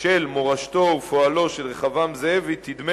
של מורשתו ופועלו של רחבעם זאבי ידמה